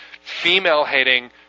female-hating